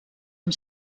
amb